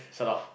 shut up